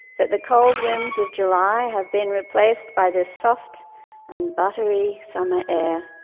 that the cold winds of july have been replaced by this soft and buttery summer air.